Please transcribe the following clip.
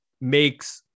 makes